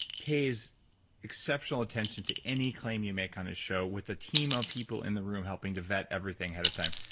pays exceptional attention to any claim you make on his show with a team of people in the room helping to vet everything ahead of time.